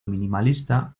minimalista